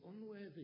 unworthy